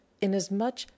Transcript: inasmuch